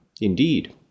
Indeed